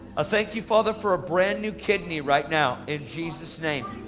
thank you father for a brand new kidney right now, in jesus name.